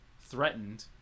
threatened